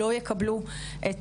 לא יקבלו את